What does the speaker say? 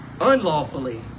unlawfully